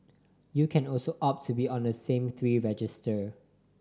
you can also opt to be on a three register